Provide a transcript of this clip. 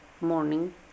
morning